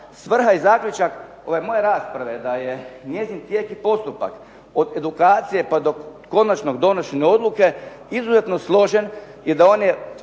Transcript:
svrha i zaključak ove moje rasprave je da je njezin tijek i postupak od edukacije pa do konačnog donošenja odluke izuzetno složen i da on